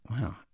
Wow